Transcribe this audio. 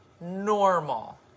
normal